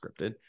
scripted